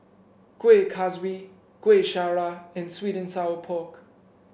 Kueh Kaswi Kueh Syara and sweet and Sour Pork